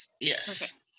yes